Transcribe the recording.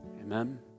Amen